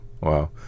Wow